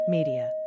Media